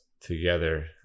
together